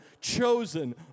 chosen